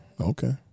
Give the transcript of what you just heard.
Okay